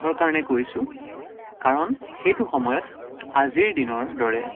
কিহৰ কাৰণে কৈছোঁ কাৰণ সেইটো সময়ত আজিৰ দিনৰ দৰে